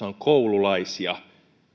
on koululaisia